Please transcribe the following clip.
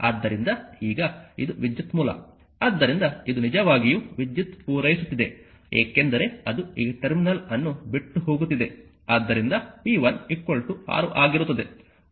ಆದ್ದರಿಂದ ಈಗ ಇದು ವಿದ್ಯುತ್ ಮೂಲ ಆದ್ದರಿಂದ ಇದು ನಿಜವಾಗಿಯೂ ವಿದ್ಯುತ್ ಪೂರೈಸುತ್ತಿದೆ ಏಕೆಂದರೆ ಅದು ಈ ಟರ್ಮಿನಲ್ ಅನ್ನು ಬಿಟ್ಟು ಹೋಗುತ್ತಿದೆ